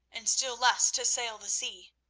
and still less to sail the sea.